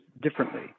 differently